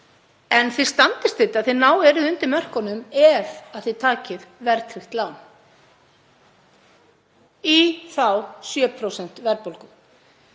En þið standist þetta, þið eruð undir mörkunum, ef þið takið verðtryggt lán. Í 7% verðbólgu.